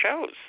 shows